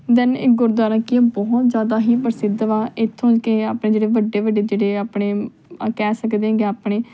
then ਇਹ ਗੁਰਦੁਆਰਾ ਕੀ ਆ ਬਹੁਤ ਜ਼ਿਆਦਾ ਹੀ ਪ੍ਰਸਿੱਧ ਵਾ ਇੱਥੋਂ ਕਿ ਆ ਆਪਣੇ ਜਿਹੜੇ ਵੱਡੇ ਵੱਡੇ ਜਿਹੜੇ ਆਪਣੇ ਕਹਿ ਸਕਦੇ ਕਿ ਆਪਣੇ